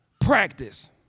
Practice